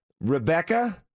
Rebecca